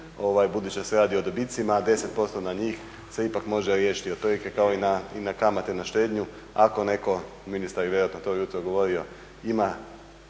budući da se radi o dobicima 10% na njih se ipak može riješiti otprilike kao i na kamate na štednju ako netko, ministar je vjerojatno to ujutro govorio ima